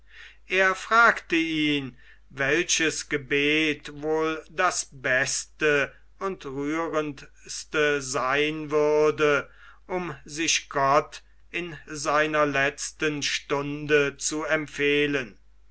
er fragte ihn welches gebet wohl das beste und rührendste sein würde um sich gott in seiner letzten stunde zu empfehlen